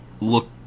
look